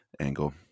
Angle